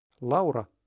Laura